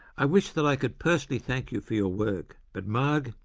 i wish that i could personally thank you for your work, but marge,